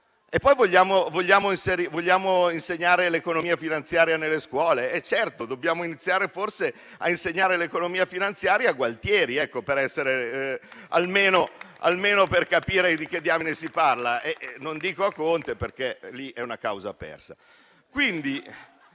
E poi vogliamo insegnare l'economia finanziaria nelle scuole? Forse dobbiamo iniziare a insegnare l'economia finanziaria a Gualtieri, almeno per capire di che diamine si parla; non dico a Conte, perché sarebbe una causa persa.